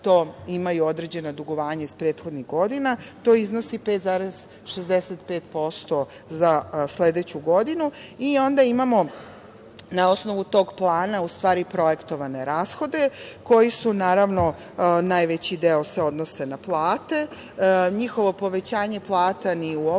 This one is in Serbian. to ima i određena dugovanja iz prethodnih godina i to iznosi 5,65% za sledeću godinu i onda imamo, na osnovu tog plana, u stvari projektovane rashode. Naravno, najveći deo se odnosi na plate. Njihovo povećanje plata ni u ovoj,